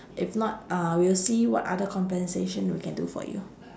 if not uh we'll see what other compensation we can do for you